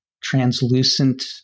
translucent